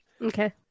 Okay